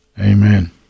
Amen